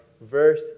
verse